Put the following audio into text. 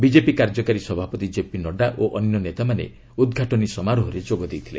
BJP କାର୍ଯ୍ୟକାରୀ ସଭାପତି JP Nadda ଓ ଅନ୍ୟ ନେତାମାନେ ଉଦ୍ଘାଟନୀ ସମାରୋହରେ ଯୋଗ ଦେଇଥିଲେ